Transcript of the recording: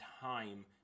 time